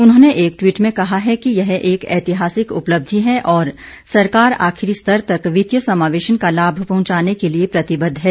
उन्होंने एक ट्वीट में कहा है कि यह एक ऐहतिहासिक उपलब्धि है और सरकार आखिरी स्तर तक वित्तीय समावेशन का लाभ पहुंचाने के लिए प्रतिबद्ध है